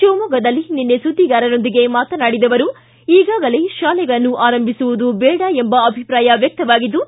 ಶಿವಮೊಗ್ಗದಲ್ಲಿ ನಿನ್ನೆ ಸುದ್ದಿಗಾರರೊಂದಿಗೆ ಮಾತನಾಡಿದ ಅವರು ಈಗಾಗಲೇ ಶಾಲೆಗಳನ್ನು ಆರಂಭಿಸುವುದು ದೇಡ ಎಂಬ ಅಭಿಪ್ರಾಯ ವ್ಯಕ್ತವಾಗಿದ್ದು